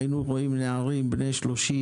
אז היינו רואים נערים בני 20,